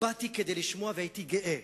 באתי כדי לשמוע, והייתי גאה.